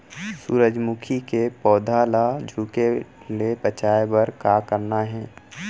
सूरजमुखी के पौधा ला झुके ले बचाए बर का करना हे?